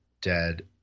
dead